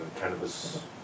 cannabis